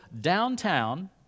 downtown